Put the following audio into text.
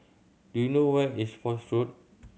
do you know where is Foch Road